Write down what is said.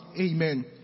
Amen